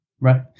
Right